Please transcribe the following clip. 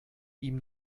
ihm